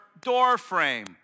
doorframe